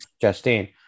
Justine